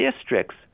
districts